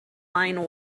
line